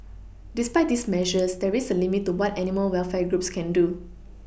despite these measures there is a limit to what animal welfare groups can do